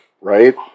Right